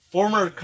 Former